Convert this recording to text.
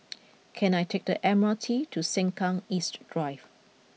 can I take the M R T to Sengkang East Drive